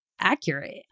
accurate